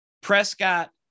Prescott